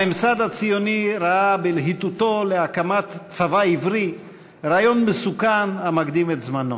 הממסד הציוני ראה בלהיטותו להקמת צבא עברי רעיון מסוכן המקדים את זמנו.